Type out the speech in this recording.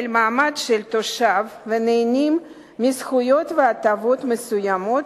מעמד של תושב ונהנים מזכויות והטבות מסוימות,